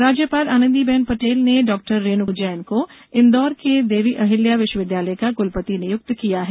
कुलपति राज्यपाल आनंदी बेन पटेल ने डॉ रेणु जैन को इंदौर की देवी अहिल्या विष्वविद्यालय का कुलपति नियुक्त किया है